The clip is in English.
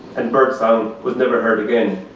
and bird sound was never heard again.